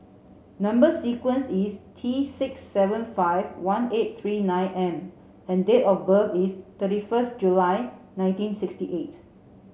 number sequence is T six seven five one eight three nine M and date of birth is thirty first July nineteen sixty eight